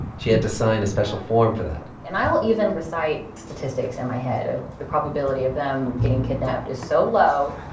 she had to sign a special form for that and i'll even recite statistics in and my head of the probability of them getting kidnapped is so low.